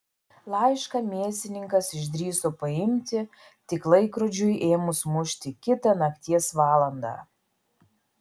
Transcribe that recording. laišką mėsininkas išdrįso paimti tik laikrodžiui ėmus mušti kitą nakties valandą